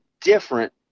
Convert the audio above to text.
different